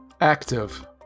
Active